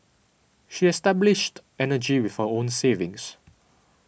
she established energy with her own savings